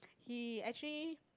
he actually